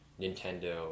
Nintendo